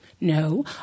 No